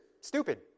Stupid